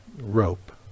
rope